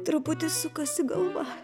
truputį sukasi galva